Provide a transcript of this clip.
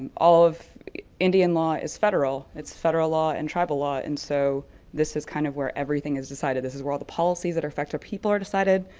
all of indian law is federal. it's federal law and tribal law and so this is kind of where everything is decided. this is where all the policies that affect our people are decided.